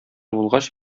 булгач